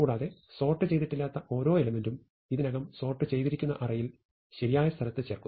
കൂടാതെ സോർട്ട് ചെയ്തിട്ടില്ലാത്ത ഓരോ എലെമെന്റും ഇതിനകം സോർട്ട് ചെയ്തിരിക്കുന്ന അറേയിൽ ശരിയായ സ്ഥലത്തേക്ക് ചേർക്കുന്നു